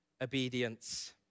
obedience